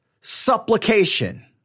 supplication